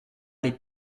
les